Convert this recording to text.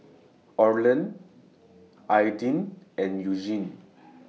Orland Aidan and Elgin